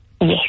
Yes